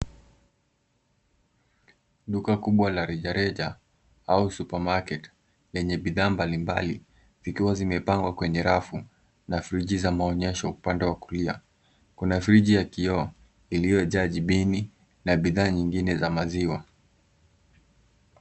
Duka kubwa la rejareja au supermarket lenye bidhaa mbalimbali zikiwa zimepangwa kwenye rafu na friji za maonyesho upande wa kulia. Kuna friji ya kioo iliyojaa jibini na bidhaa zingine za maziwa.